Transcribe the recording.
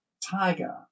Tiger